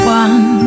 one